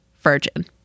Virgin